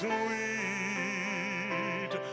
Sweet